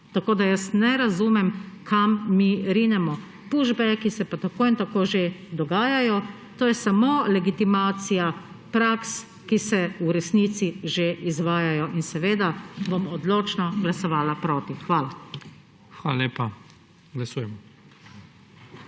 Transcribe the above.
Tako ne razumem, kam mi rinemo. Pushbacki se pa tako in tako že dogajajo, to je samo legitimacija praks, ki se v resnici že izvajajo. Seveda bom odločno glasovala proti. Hvala. PREDSEDNIK IGOR